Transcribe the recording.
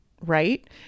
right